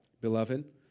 Beloved